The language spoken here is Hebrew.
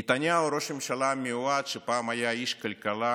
נתניהו, ראש הממשלה המיועד, שפעם היה איש כלכלה